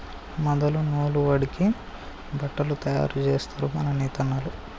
మొదలు నూలు వడికి బట్టలు తయారు జేస్తరు మన నేతన్నలు